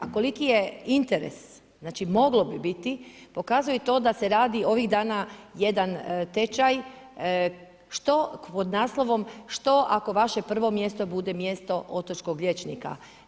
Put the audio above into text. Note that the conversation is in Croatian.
A koliki je interes, znači moglo bi biti, pokazuje i to da se radi ovih dana jedan tečaj, što pod naslovom: „Što ako vaše prvo mjesto bude mjesto otočkog liječnika?